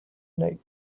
night